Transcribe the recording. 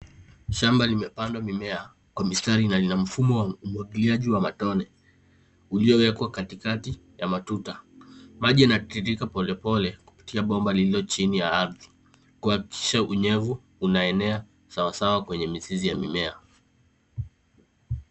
Shamba limepandwa mimea kwa mistari na lina mfumo wa umwagiliaji wa matone uliowekwa katikati ya matuta. Maji inatiririka polepole kupitia bomba lililo chini ya ardhi kuhakikisha unyevu unaenea sawasawa kwenye mizizi ya mimea.